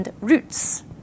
roots